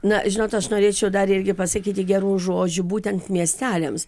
na žinot aš norėčiau dar irgi pasakyti gerų žodžių būtent miesteliams